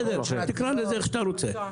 בסדר, תקרא לזה איך שאתה רוצה.